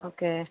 okay